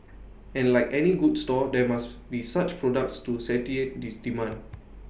and like any good store there must be such products to satiate this demand